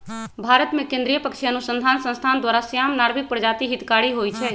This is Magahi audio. भारतमें केंद्रीय पक्षी अनुसंसधान संस्थान द्वारा, श्याम, नर्भिक प्रजाति हितकारी होइ छइ